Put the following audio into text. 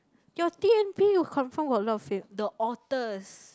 your t_m_p would confirm got a lot of the otters